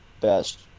best